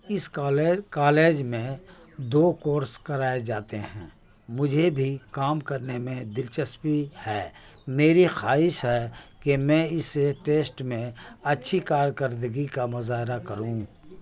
اس college میں دو course کرائے جاتے ہیں مجھے بھی کام کرنے میں دلچسپی ہے میری خواہش ہے کہ میں اسے ٹیسٹ میں اچھی کارکردگی کا مظاہرہ کروں